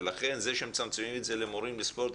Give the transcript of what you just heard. ולכן זה שמצמצמים את זה למורים לספורט,